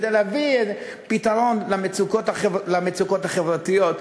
כדי להביא פתרון למצוקות החברתיות.